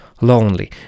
Lonely